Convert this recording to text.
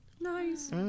Nice